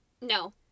No